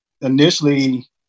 Initially